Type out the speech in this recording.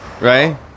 Right